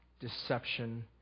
deception